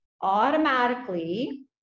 automatically